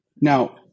Now